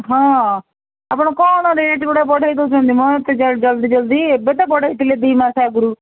ହଁ ଆପଣ କ'ଣ ରେଟ୍ ଗୁଡ଼ା ବଢ଼େଇ ଦେଉଛନ୍ତି ମ ଏତେ ଜଲ୍ଦି ଜଲ୍ଦି ଏବେ ତ ବଢ଼େଇ ଥିଲେ ଦୁଇ ମାସ ଆଗରୁ